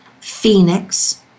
Phoenix